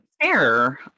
fair